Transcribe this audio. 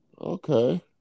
Okay